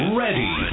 ready